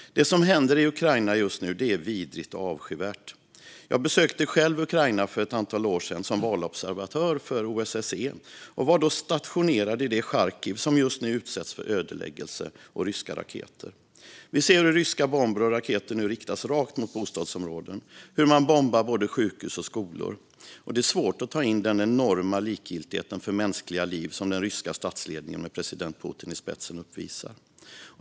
Det som händer i Ukraina just nu är vidrigt och avskyvärt. Jag besökte själv Ukraina för ett antal år sedan som valobservatör för OSSE och var då stationerad i det Charkiv som just nu utsätts för ödeläggelse av ryska raketer. Vi ser hur ryska bomber och raketer nu riktas rakt mot bostadsområden och hur man bombar både sjukhus och skolor. Det är svårt att ta in den enorma likgiltighet för mänskliga liv som den ryska statsledningen med president Putin i spetsen uppvisar.